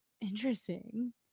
Interesting